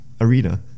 Arena